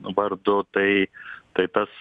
vardu tai tai tas